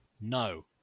No